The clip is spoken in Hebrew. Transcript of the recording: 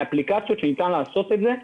ומהאפליקציות שניתן לעשות בהן את זה.